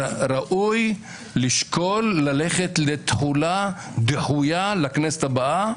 ראוי לשקול ללכת לתחולה דחויה לכנסת הבאה,